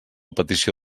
petició